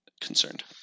concerned